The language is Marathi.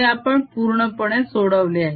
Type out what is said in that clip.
हे आपण पूर्णपणे सोडवले आहे